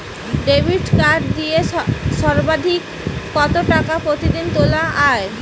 Debit card দিয়ে সর্বাধিক কত টাকা প্রতিদিন তোলা য়ায়?